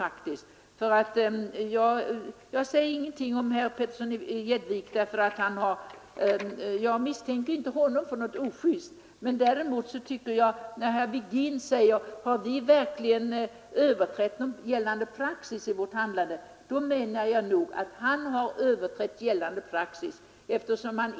Jag misstänker inte herr Petersson i Gäddvik för något ojust, men när herr Virgin gör gällande att vi har överträtt gällande praxis i vårt handlande, då anser jag däremot att det tvärtom är han som har överträtt praxis.